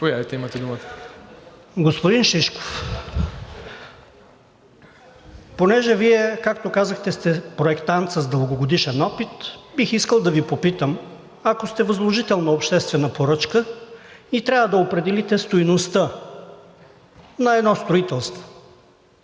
ЗАРКО МАРИНОВ (ДБ): Господин Шишков, понеже Вие, както казахте, сте проектант с дългогодишен опит, бих искал да Ви попитам: ако сте възложител на обществена поръчка и трябва да определите стойността на едно строителство